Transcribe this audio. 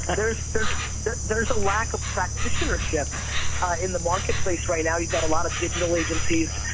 ah there's there's a lack of practitionership in the marketplace right now. you've got a lot of digital agencies,